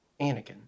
Anakin